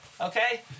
okay